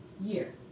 year